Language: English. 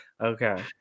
Okay